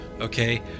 okay